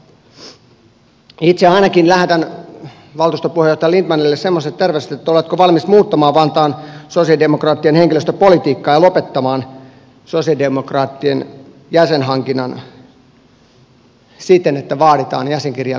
itse ainakin lähetän valtuuston puheenjohtaja lindtmanille semmoiset terveiset että oletko valmis muuttamaan vantaan sosialidemokraattien henkilöstöpolitiikkaa ja lopettamaan sosialidemokraattien jäsenhankinnan siten että vaaditaan jäsenkirjaa kun työpaikkaa haetaan